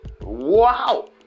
wow